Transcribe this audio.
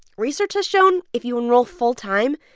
research has shown if you enroll full-time,